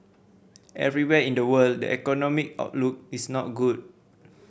everywhere in the world the economic outlook is not good